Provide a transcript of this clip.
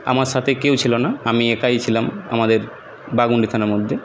আমার সাথে কেউ ছিলো না আমি একাই ছিলাম আমাদের বাঘমুন্ডি থানার মধ্যে